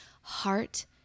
heart